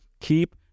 keep